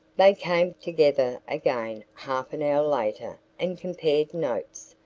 they came together again half an hour later and compared notes.